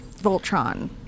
Voltron